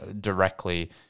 directly